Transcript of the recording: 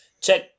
check